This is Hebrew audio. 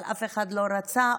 אבל אף אחד לא רצה,